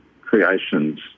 creations